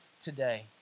today